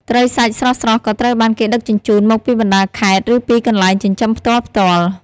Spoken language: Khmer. ត្រីសាច់ស្រស់ៗក៏ត្រូវបានគេដឹកជញ្ជូនមកពីបណ្តាខេត្តឬពីកន្លែងចិញ្ចឹមផ្ទាល់ៗ។